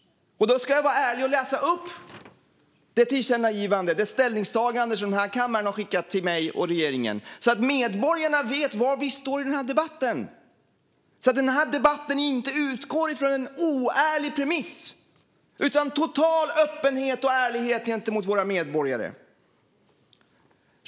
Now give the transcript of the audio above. Jag ska vara ärlig och läsa upp det tillkännagivande, det ställningstagande, som kammaren har skickat till mig och regeringen så att medborgarna vet var vi står i den här debatten och så att debatten inte utgår från en oärlig premiss utan från total öppenhet och ärlighet gentemot våra medborgare.